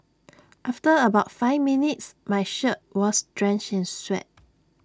after about five minutes my shirt was drenched in sweat